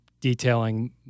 detailing